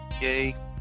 Yay